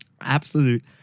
absolute